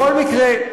בכל מקרה,